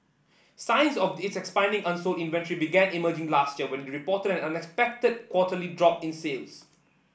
signs of its expanding unsold inventory began emerging last year when it reported an unexpected quarterly drop in sales